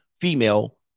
female